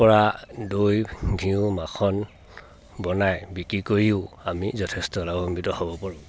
পৰা দৈ ঘিউঁ মাখন বনাই বিক্ৰী কৰিও আমি যথেষ্ট লাভান্বিত হ'ব পাৰোঁ